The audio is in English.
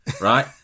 right